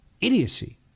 Idiocy